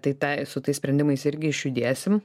tai tą su tais sprendimais irgi išjudėsim